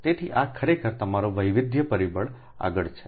તેથી આ ખરેખર તમારો વૈવિધ્ય પરિબળ આગળ છે